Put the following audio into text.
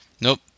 nope